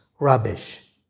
rubbish